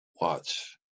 watch